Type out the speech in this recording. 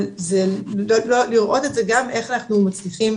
זה לראות גם איך אנחנו מצליחים